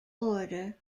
order